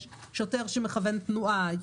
יש שוטר שמכוון תנועה,